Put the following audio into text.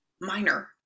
minor